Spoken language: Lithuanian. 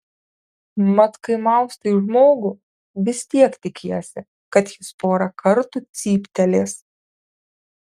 mat kai maustai žmogų vis tiek tikiesi kad jis porą kartų cyptelės